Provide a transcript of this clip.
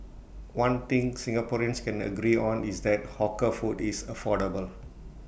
one thing Singaporeans can agree on is that hawker food is affordable